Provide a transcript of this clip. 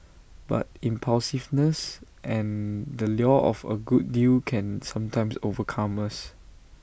but impulsiveness and the lure of A good deal can sometimes overcome us